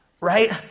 right